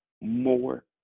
more